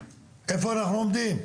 איפה אנחנו עומדים?